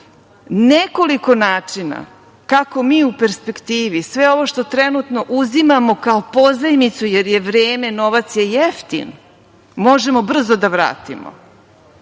nekoliko načina kako mi u perspektivi sve ovo što trenutno uzimamo kao pozajmicu, jer je vreme, novac je jeftin, možemo brzo da vratimo